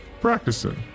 practicing